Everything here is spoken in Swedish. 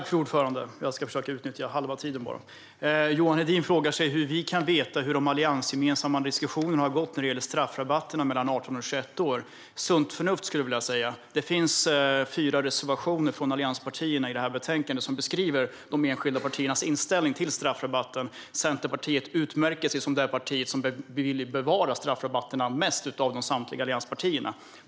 Fru talman! Johan Hedin frågar hur vi i Sverigedemokraterna kan veta hur de alliansgemensamma diskussionerna har gått vad gäller straffrabatter för dem mellan 18 och 21 år. Sunt förnuft, skulle jag vilja säga. Det finns fyra reservationer från allianspartierna i betänkandet. I dem beskrivs de enskilda partiernas inställning till straffrabatten. Bland samtliga allianspartier är Centerpartiet det parti som utmärker sig mest av dem som vill bevara straffrabatterna.